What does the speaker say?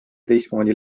teistmoodi